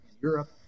Europe